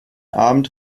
abend